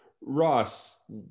Ross